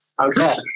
Okay